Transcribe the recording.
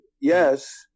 yes